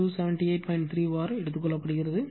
3 var எடுத்துக்கொள்ளப்படுகிறது